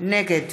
נגד